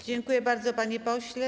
Dziękuję bardzo, panie pośle.